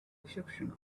reception